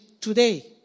today